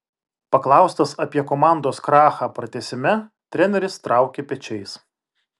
paklaustas apie komandos krachą pratęsime treneris traukė pečiais